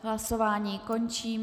Hlasování končím.